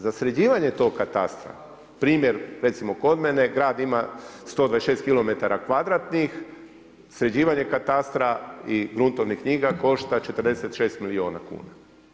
Za sređivanje tog katastra, primjer, recimo kod mene, grad ima 126 kilometara kvadratnih, sređivanje katastra i gruntovnih knjiga košta 46 milijuna kuna.